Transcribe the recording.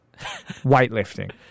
Weightlifting